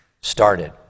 started